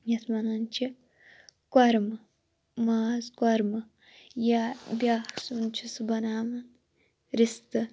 یَتھ وَنان چھِ کۄرمہٕ ماز کۄرمہٕ یا بیٛاکھ سیُن چھِ سُہ بَناوان رِستہٕ